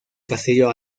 castillo